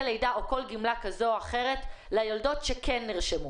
לידה או כל גמלה כזו או אחרת ליולדות שכן נרשמו.